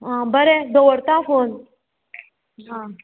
आं बरें दवरता फोन आं